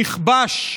שנכבש.